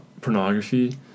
pornography